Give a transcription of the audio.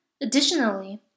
Additionally